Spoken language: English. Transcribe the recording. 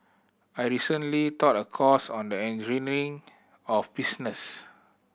I recently taught a course on the of business